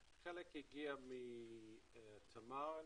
חלק הגיע מתמר לדעתי.